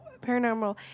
paranormal